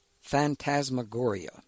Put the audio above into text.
phantasmagoria